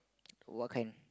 what kind